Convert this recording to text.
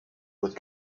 with